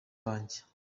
banjye